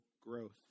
growth